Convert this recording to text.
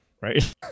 right